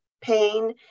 pain